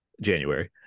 January